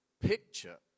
picture